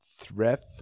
threat